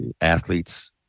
athletes